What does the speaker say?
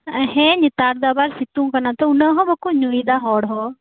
ᱦᱮᱸ ᱱᱮᱛᱟᱨ ᱫᱚ ᱟᱵᱟᱨ ᱥᱤᱛᱩᱝ ᱠᱟᱱᱟ ᱛᱚ ᱩᱱᱟᱹᱜ ᱦᱚᱸ ᱵᱟᱠᱩ ᱧᱩᱭᱫᱟ ᱦᱚᱲᱦᱚ